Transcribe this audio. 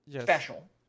special